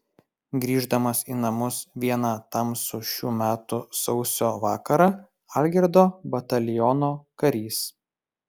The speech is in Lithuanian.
grįždamas į namus vieną tamsų šių metų sausio vakarą algirdo bataliono karys